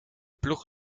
ploeg